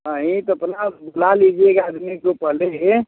नहीं तो अपना बुला लीजिएगा आदमी एक दो पहले ही